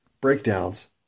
breakdowns